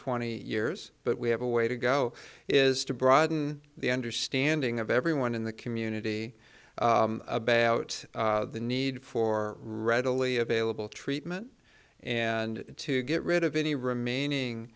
twenty years but we have a way to go is to broaden the understanding of everyone in the community a bad out the need for readily available treatment and to get rid of any remaining